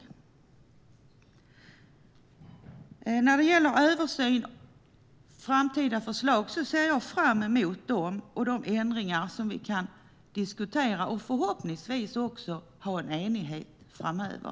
Jag ser fram emot en översyn, framtida förslag och de ändringar som vi kan diskutera och förhoppningsvis också ha en enighet om framöver.